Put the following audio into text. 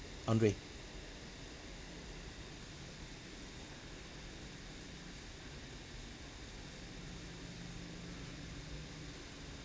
andre